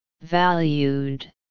valued